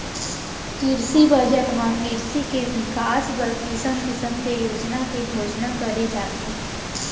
किरसी बजट म किरसी के बिकास बर किसम किसम के योजना के घोसना करे जाथे